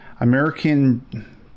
American